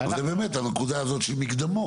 אז זו באמת הנקודה הזו של מקדמות.